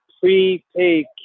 prepaid